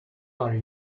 are